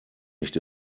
nicht